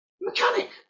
mechanic